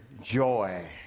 Joy